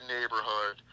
neighborhood